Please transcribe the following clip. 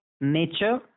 nature